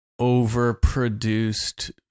overproduced